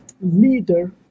leader